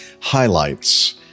highlights